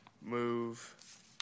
move